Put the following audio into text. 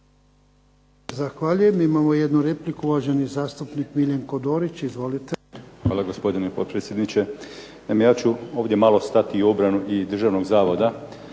Zahvaljujem. Imamo jednu repliku, uvažani zastupnik Miljenko Dorić. Izvolite. **Dorić, Miljenko (HNS)** Hvala gospodine potpredsjedniče. Naime, ja ću ovdje malo stati u obranu i Državnog zavoda.